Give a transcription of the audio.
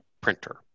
printer